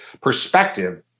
perspective